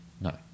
No